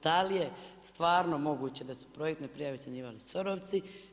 Da li je stvarno moguće da su projektne prijave ocjenjivali SOR-ovci?